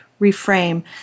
reframe